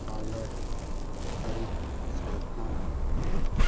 ꯗꯥꯎꯂꯠ ꯑꯔꯤꯕ ꯁꯔꯨꯛ ꯈꯥꯟ